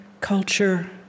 culture